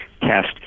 test